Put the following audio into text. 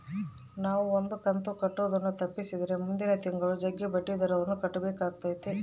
ನಾವು ಒಂದು ಕಂತು ಕಟ್ಟುದನ್ನ ತಪ್ಪಿಸಿದ್ರೆ ಮುಂದಿನ ತಿಂಗಳು ಜಗ್ಗಿ ಬಡ್ಡಿದರವನ್ನ ಕಟ್ಟಬೇಕಾತತೆ